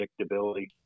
predictability